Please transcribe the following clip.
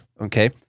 okay